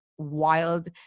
wild